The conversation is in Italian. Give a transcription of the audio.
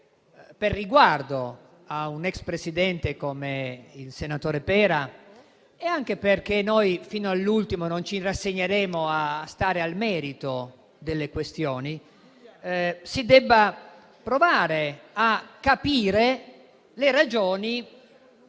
per riguardo a un ex Presidente come il senatore Pera ed anche perché noi, fino all'ultimo, non ci rassegneremo a non entrare al merito delle questioni, io ritengo si debba provare a capire le ragioni